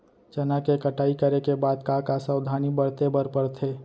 चना के कटाई करे के बाद का का सावधानी बरते बर परथे?